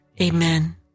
Amen